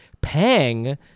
Pang